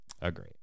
Agree